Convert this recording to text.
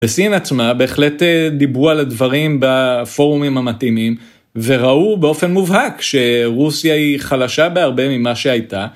בסין עצמה, בהחלט דיברו על הדברים בפורומים המתאימים, וראו באופן מובהק, שרוסיה היא חלשה בהרבה ממה שהייתה.